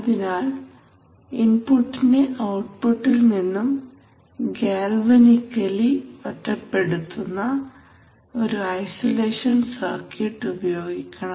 അതിനാൽ ഇൻപുട്ടിനെ ഔട്ട്പുട്ടിൽ നിന്നും ഗാൽവനിക്കലി ഒറ്റപ്പെടുത്തുന്ന ഒരു ഐസലേഷൻ സർക്യൂട്ട് ഉപയോഗിക്കണം